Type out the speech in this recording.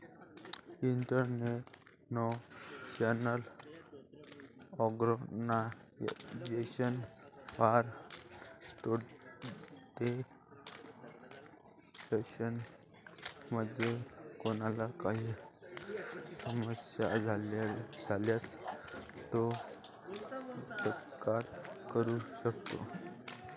international organisation for standardisation मध्ये कोणाला काही समस्या असल्यास तो तक्रार करू शकतो